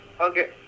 okay